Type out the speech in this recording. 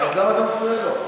שמענו אותך.